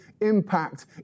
impact